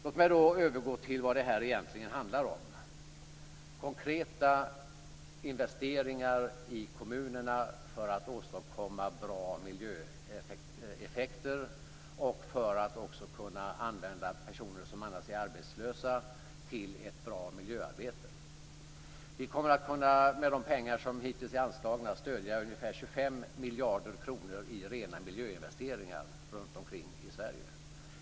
Låt mig så övergå till det som det här egentligen handlar om: konkreta investeringar i kommunerna för att åstadkomma goda miljöeffekter och även för att få möjligheter att använda personer som annars är arbetslösa till ett bra miljöarbete. Vi kommer med de pengar som hittills är anslagna att stödja rena miljöinvesteringar för ungefär 25 miljarder kronor runtom i Sverige.